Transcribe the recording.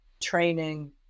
training